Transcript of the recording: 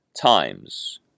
times